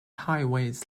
highways